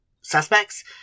suspects